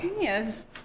Yes